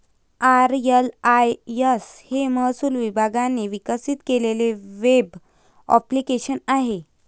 RLIS हे महसूल विभागाने विकसित केलेले वेब ॲप्लिकेशन आहे